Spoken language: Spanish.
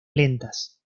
lentas